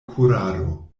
kurado